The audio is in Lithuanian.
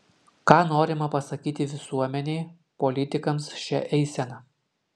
ką norima pasakyti visuomenei politikams šia eisena